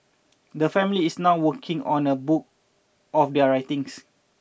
the family is now working on a book of their writings